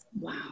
Wow